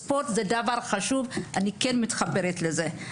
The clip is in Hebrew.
לכן, ספורט הוא דבר חשוב, ואני כן מתחברת לזה.